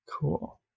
Cool